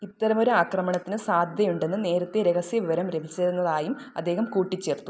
ഇത്തരമൊരു ആക്രമണത്തിന് സാധ്യതയുണ്ടെന്ന് നേരത്തെ രഹസ്യ വിവരം ലഭിച്ചിരുന്നതായും അദ്ദേഹം കൂട്ടിച്ചേർത്തു